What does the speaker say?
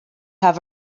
have